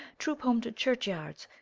troop home to churchyards.